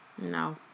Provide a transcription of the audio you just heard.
No